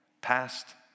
past